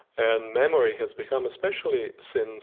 and memory has become, especially since